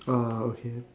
ah okay